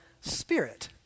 Spirit